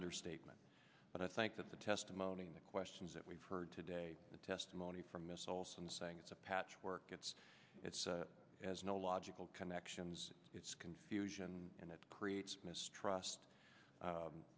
understatement but i think that the testimony in the questions that we've heard today the testimony from missiles and saying it's a patchwork it's it's as no logical connections it's confusion and it mistrust